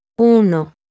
Uno